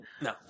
No